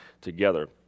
together